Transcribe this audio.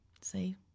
See